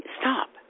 stop